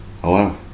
Hello